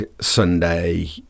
Sunday